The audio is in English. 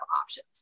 options